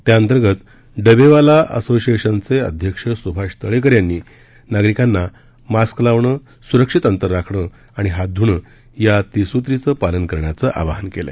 त्याअंतर्गत डबेवाला असोसिएशन अध्यक्ष सुभाष तळेकर यांनी नागरिकांना मास्क लावणं सुरक्षित अंतर राखण आणि हात धुणं या त्रिसूत्रीचं पालन करण्याचं आवाहन केलं